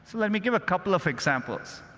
so let me give a couple of examples.